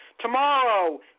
Tomorrow